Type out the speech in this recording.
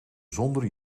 zonder